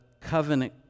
covenant